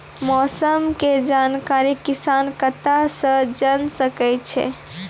मौसम के जानकारी किसान कता सं जेन सके छै?